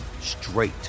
straight